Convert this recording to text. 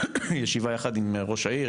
ישיבה יחד עם ראש העיר,